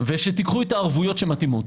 ושתיקחו את הערבויות שמתאימות.